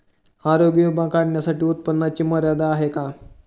आरोग्य विमा काढण्यासाठी उत्पन्नाची मर्यादा आहे का?